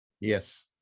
Yes